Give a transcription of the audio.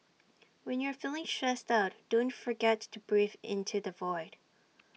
when you are feeling stressed out don't forget to breathe into the void